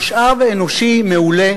משאב אנושי מעולה